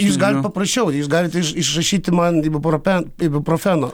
jūs galit paprašiau jūs galit iš iš išrašyti man ibupropen ibuprofeno